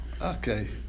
Okay